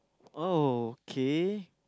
oh K